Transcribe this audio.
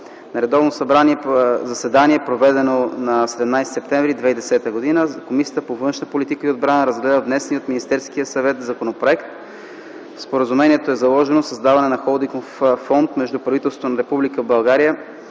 На редовно заседание, проведено на 17 септември 2010 г., Комисията по външна политика и отбрана разгледа внесения от Министерския съвет законопроект. В Споразумението е заложено създаване на Холдингов фонд между правителството на Република България